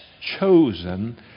chosen